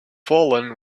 fallen